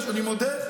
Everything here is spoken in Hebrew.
אני מודה,